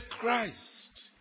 Christ